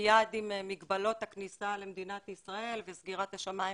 מיד עם מגבלות הכניסה למדינת ישראל, וסגירת השמיים